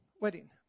Wedding